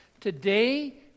Today